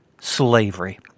Slavery